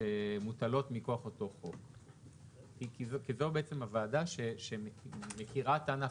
שמוטלות מכוח אותו חוק כי זו בעצם הוועדה שמכירה את הענף,